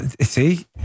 See